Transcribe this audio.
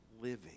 living